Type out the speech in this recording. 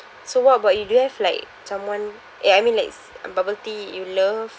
so what about you do you have like someone eh I mean like um bubble tea you love